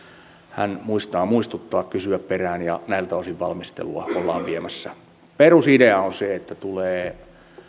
hän muistaa muistuttaa kysyä perään ja näiltä osin valmistelua ollaan viemässä perusidea on se että tulee